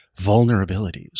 vulnerabilities